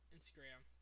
Instagram